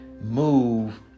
move